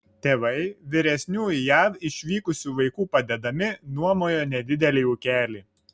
tėvai vyresnių į jav išvykusių vaikų padedami nuomojo nedidelį ūkelį